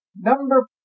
Number